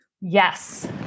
Yes